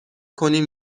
کنیم